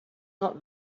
not